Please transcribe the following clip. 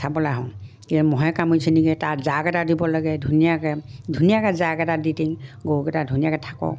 চাবলৈ আহো কি মহে কামুৰিচে নেকি তাত জাক এটা দিব লাগে ধুনীয়াকৈ ধুনীয়াকৈ জাক এটা দি দিম গৰুকেইটা ধুনীয়াকৈ থাকক